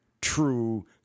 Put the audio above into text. true